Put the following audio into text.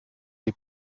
les